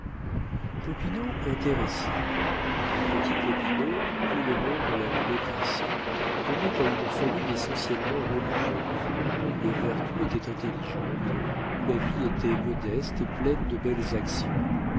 intéressait le petit popinot tout le monde l'appelait ainsi tenait à une famille essentiellement religieuse où les vertus étaient intelligentes où la vie était modeste et pleine de belles actions